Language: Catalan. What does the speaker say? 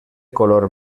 color